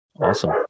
awesome